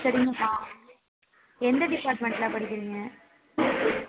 சரிங்க எந்த டிப்பார்ட்மென்ட்டில் படிக்கிறிங்க